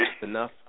enough